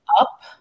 up